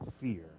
fear